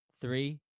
Three